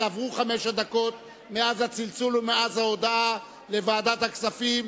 עברו חמש הדקות מאז הצלצול ומאז ההודעה לוועדת הכספים.